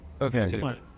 Okay